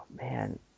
man